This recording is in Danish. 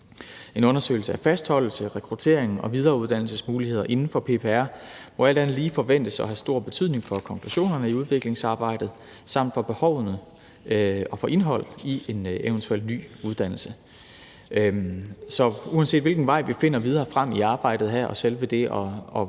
En undersøgelse af fastholdelse, rekruttering og videreuddannelsesmuligheder inden for PPR må alt andet lige forventes at have stor betydning for konklusionerne i udviklingsarbejdet samt for behovene og for indholdet i en eventuel ny uddannelse. Så uanset hvilken vej vi finder videre frem i arbejdet her i forhold til selve